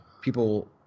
people